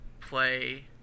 play